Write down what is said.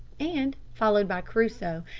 and, followed by crusoe,